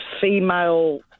female